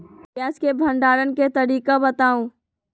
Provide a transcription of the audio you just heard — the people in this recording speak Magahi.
प्याज के भंडारण के तरीका बताऊ?